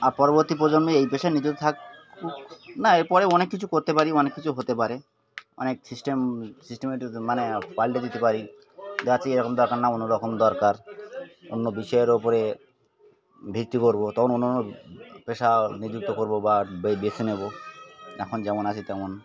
আর পরবর্তী প্রজন্মে এই পেশায় নিযুক্ত থাকুক না এর পরে অনেক কিছু করতে পারি অনেক কিছু হতে পারে অনেক সিস্টেম মানে পালটে দিতে পারি এরকম দরকার না অন্য রকম দরকার অন্য বিষয়ের ওপরে ভিত্তি করব তখন অন্য অন্য পেশা নিযুক্ত করব বা বেছে নেব এখন যেমন আছি তেমন